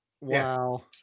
Wow